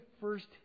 first